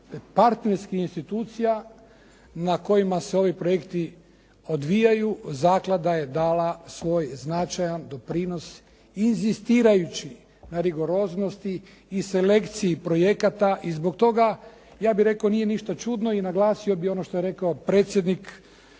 partnerskih institucija na kojima se ovi projekti odvijaju, zaklada je dala svoj značajan doprinos inzistirajući na rigoroznosti i selekciji projekata i zbog toga ja bih rekao nije ništa čudno i naglasio bih ono što je rekao predsjednik